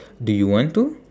do you want to